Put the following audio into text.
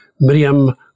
Miriam